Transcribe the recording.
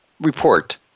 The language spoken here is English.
report